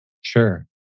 Sure